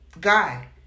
guy